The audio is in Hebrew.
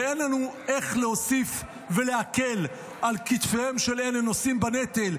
ואין לנו איך להוסיף ולהקל על כתפיהם של אלה שנושאים בנטל,